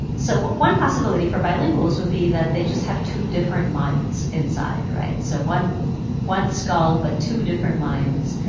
so one possibility for bilinguals would be that they just have two different minds inside right? so one one skull but two different minds,